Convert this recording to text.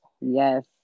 yes